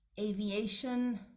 Aviation